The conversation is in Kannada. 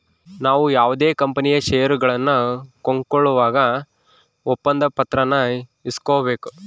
ನಾವು ಯಾವುದೇ ಕಂಪನಿಯ ಷೇರುಗಳನ್ನ ಕೊಂಕೊಳ್ಳುವಾಗ ಒಪ್ಪಂದ ಪತ್ರಾನ ಇಸ್ಕೊಬೇಕು